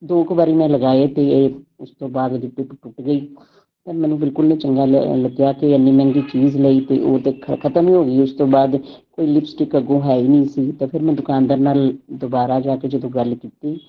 ਦੋ ਕੁ ਵਾਰੀ ਮੈਂ ਲਗਾਏ ਅਤੇ ਇਹ ਉਸ ਤੋਂ ਬਾਅਦ ਉਹਦੀ ਟਿੱਪ ਟੁੱਟ ਗਈ ਤਾਂ ਮੈਨੂੰ ਬਿਲਕੁਲ ਨਹੀਂ ਚੰਗਾ ਲ ਲੱਗਿਆ ਕਿ ਇੰਨੀ ਮਹਿੰਗੀ ਚੀਜ਼ ਲਈ ਅਤੇ ਉਹ ਤਾਂ ਖ ਖ਼ਤਮ ਵੀ ਹੋ ਗਈ ਉਸ ਤੋਂ ਬਾਅਦ ਕੋਈ ਲਿਪਸੀਟਕ ਅੱਗੋਂ ਹੈ ਹੀ ਨਹੀਂ ਸੀ ਤਾਂ ਫਿਰ ਮੈਂ ਦੁਕਾਨਦਾਰ ਨਾਲ ਦੁਬਾਰਾ ਜਾ ਕੇ ਜਦੋਂ ਗੱਲ ਕੀਤੀ